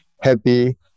happy